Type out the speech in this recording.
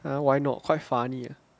ah why not quite funny ah